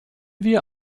wir